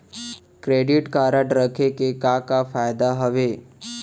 Credit card रखे के का का फायदा हवे?